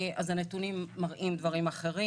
הנתונים מראים דברים אחרים.